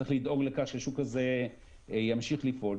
צריך לדאוג לכך שהשוק הזה ימשיך לפעול,